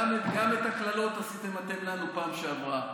גם את הקללות עשיתם אתם לנו פעם שעברה.